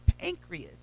pancreas